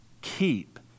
keep